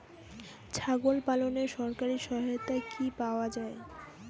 ছাগল পালনে সরকারি সহায়তা কি পাওয়া যায়?